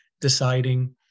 deciding